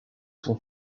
son